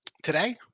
Today